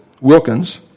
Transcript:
Wilkins